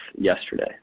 yesterday